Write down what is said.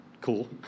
cool